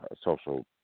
social